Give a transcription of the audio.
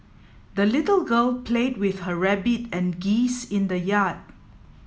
the little girl played with her rabbit and geese in the yard